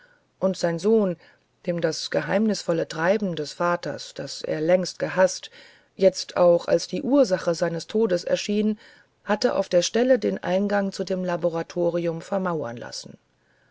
und sein sohn dem das geheimnisvolle treiben des vaters das er längst gehaßt jetzt auch als die ursache seines todes erschien hatte auf der stelle den eingang zu dem laboratorium vermauern lassen